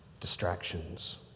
distractions